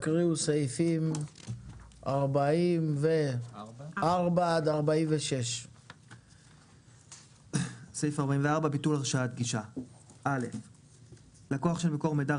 עוברים להקראת סעיפים 44 עד 46. 44.ביטול הרשאת גישה לקוח של מקור מידע,